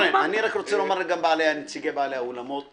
אני רוצה לומר גם לנציגי בעלי האולמות,